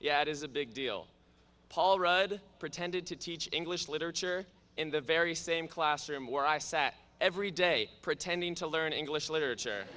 yet is a big deal paul rudd pretended to teach english literature in the very same classroom where i sat every day pretending to learn english literature